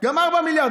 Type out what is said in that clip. גם 4 מיליארד,